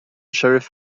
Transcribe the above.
sheriff